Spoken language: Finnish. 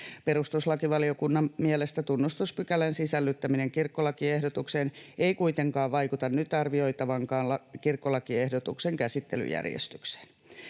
Perustuslakivaliokunnan mielestä tunnustuspykälän sisällyttäminen kirkkolakiehdotukseen ei kuitenkaan vaikuta nyt arvioitavankaan kirkkolakiehdotuksen käsittelyjärjestykseen.